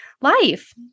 life